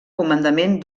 comandament